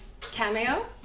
cameo